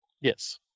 Yes